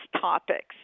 topics